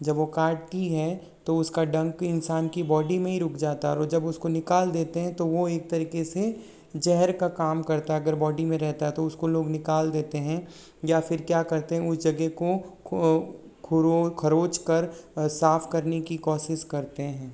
जब वो काटती है तो उसका डंक इंसान की बॉडी में रुक जाता रोज जब उसको निकाल देते हैं तो वो एक तरीके से जहर का काम करता अगर बॉडी में रहता है तो उसको लोग निकाल देते हैं या फिर क्या करते हैं उस जगह को खरोच कर साफ करने की कोशिश करते हैं